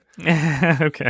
okay